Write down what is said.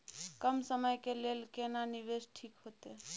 कम समय के लेल केना निवेश ठीक होते?